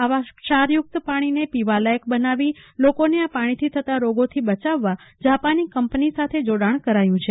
આવા ક્ષારયુકત પાણીને પીવાલાયક બનાવી લોકોને આ પાણીથી થતા રોગોથી બયાવવા જાપાની કંપની સાથે જોડાણ કરાયું છે